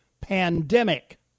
pandemic